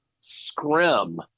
scrim